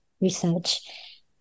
research